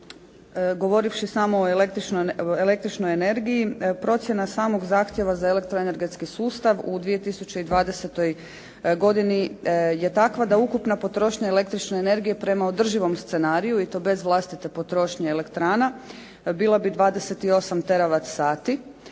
govoreći samo o električnoj energiji, procjena samog zahtjeva za elektroenergetski sustav u 2020. je takva da ukupna potrošnja električne energije prema održivom scenariju i to bez vlastite potrošnje elektrana bila bi 28 tera vat sati